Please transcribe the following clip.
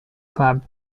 club